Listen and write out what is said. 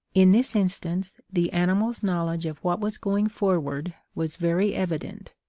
in this instance, the animal's knowledge of what was going forward was very evident,